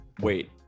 wait